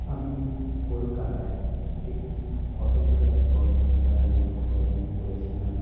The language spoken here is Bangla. আমি কলকাতায় একটি ফটোগ্রাফি কর্মশালায় অংশগ্রহণ করেছিলাম